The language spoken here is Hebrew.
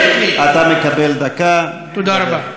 שזרקו בקבוקי תבערה.